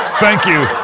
thank you,